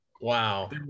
wow